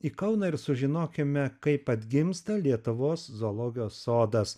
į kauną ir sužinokime kaip atgimsta lietuvos zoologijos sodas